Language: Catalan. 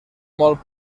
molt